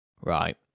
right